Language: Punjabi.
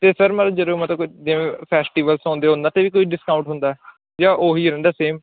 ਅਤੇ ਫਿਰ ਮਤਲਬ ਜਦੋਂ ਮਤਲਬ ਜਿਵੇਂ ਫੈਸਟੀਵਲਸ ਆਉਂਦੇ ਉਹਨਾਂ 'ਤੇ ਵੀ ਕੋਈ ਡਿਸਕਾਊਂਟ ਹੁੰਦਾ ਜਾਂ ਉਹੀ ਰਹਿੰਦਾ ਸੇਮ